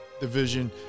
division